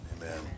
Amen